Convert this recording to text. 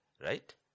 right